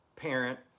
parent